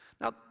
Now